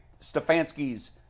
Stefanski's